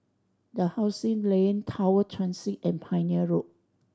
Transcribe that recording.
Dalhousie Lane Tower Transit and Pioneer Road